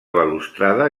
balustrada